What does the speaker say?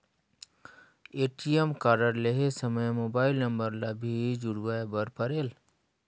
ATM card लहे समय mobile number ला भी जुड़वाए बर परेल?